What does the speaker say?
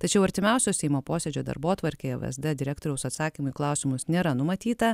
tačiau artimiausio seimo posėdžio darbotvarkėje vsd direktoriaus atsakymų į klausimus nėra numatyta